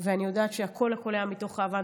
ואני יודעת שהכול הכול היה מתוך אהבה.